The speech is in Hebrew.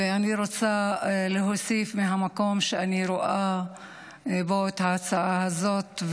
ואני רוצה להוסיף מהמקום שאני רואה בו את ההצעה הזאת.